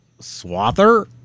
Swather